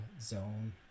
zone